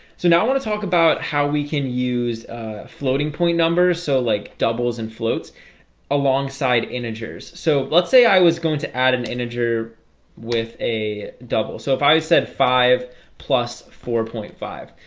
so now i want to talk about how we can use floating-point numbers so like doubles and floats alongside integers. so let's say i was going to add an integer with a double. so if i said five plus four point five.